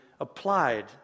applied